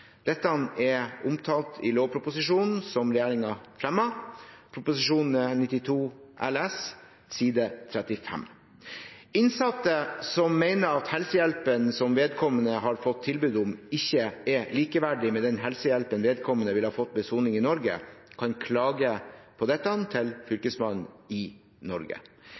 Dette er omtalt i lovproposisjonen som regjeringen fremmet, Prop. 92 LS for 2014–2015, side 35. Innsatte som mener at helsehjelpen som vedkommende har fått tilbud om, ikke er likeverdig med den helsehjelpen vedkommende ville ha fått ved soning i Norge, kan klage på dette til Fylkesmannen i Norge.